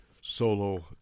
Solo